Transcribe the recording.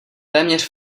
téměř